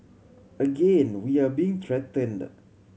again we are being threatened